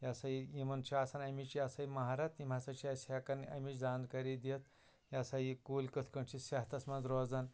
یا سا یہِ یِمَن چھُ آسان اَمِچ یا سا یہِ مَہارت یِم ہسا چھِ اَسہِ ہٮ۪کان اَمِچ زانکٲری دِتھ یا سا یہِ کُلۍ کِتھٕ پٲٹھۍ چھِ صحتَس منٛز روزان